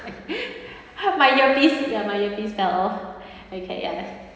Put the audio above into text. my earpiece ya my earpiece fell off okay ya